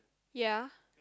ya